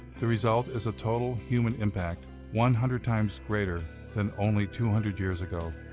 the result is a total human impact one hundred times greater than only two hundred years ago.